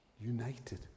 united